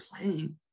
playing